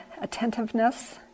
attentiveness